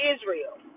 Israel